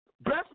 Best